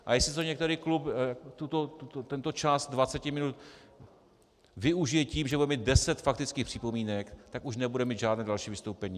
A jestli to některý klub, tento čas dvaceti minut, využije tím, že bude mít deset faktických připomínek, tak už nebude mít žádné další vystoupení.